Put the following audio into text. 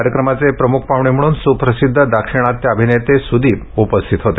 कार्यक्रमाचे प्रमुख पाहणे म्हणून सुप्रसिद्ध दाक्षिणात्य अभिनेते सुदीप उपस्थित होते